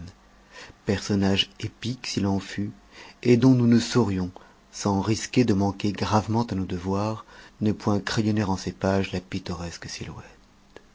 personnage épique s'il en fut et dont nous ne saurions sans risquer de manquer gravement à nos devoirs ne point crayonner en ces pages la pittoresque silhouette